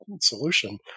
solution